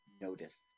noticed